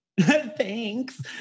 Thanks